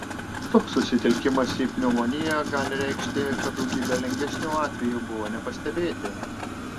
toks susitelkimas į pneumoniją gali reikšti kad daugybė lengvesnių atvejų buvo nepastebėti